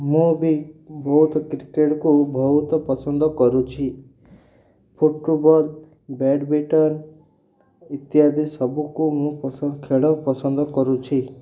ମୁଁ ବି ବହୁତ କ୍ରିକେଟ୍କୁ ବହୁତ ପସନ୍ଦ କରୁଛି ଫୁଟବଲ୍ ବ୍ୟାଡ଼୍ମିନ୍ଟନ୍ ଇତ୍ୟାଦି ସବୁକୁ ମୁଁ ଖେଳ ପସନ୍ଦ କରୁଛି